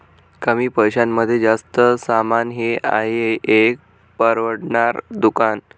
कमी पैशांमध्ये जास्त सामान हे आहे एक परवडणार दुकान